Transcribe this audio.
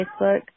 Facebook